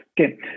Okay